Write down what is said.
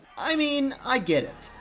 i mean, i get it.